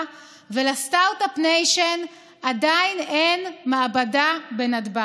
ולסטרטאפ ניישן עדיין אין מעבדה בנתב"ג.